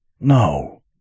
No